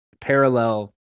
parallel